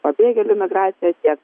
pabėgėlių migraciją tiek